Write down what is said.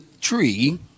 tree